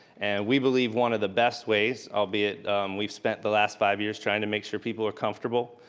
and we believe one of the best ways, albeit we've spent the last five years trying to make sure people were comfortable,